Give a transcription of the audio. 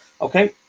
okay